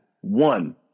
One